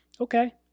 Okay